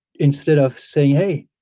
instead of saying, hey,